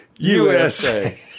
USA